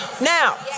Now